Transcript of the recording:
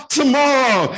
tomorrow